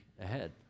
ahead